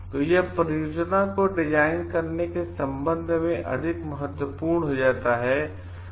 तो यह परियोजनाओं को डिजाइन करने के संबंध में अधिक महत्वपूर्ण हो जाता है